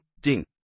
ding